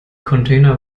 container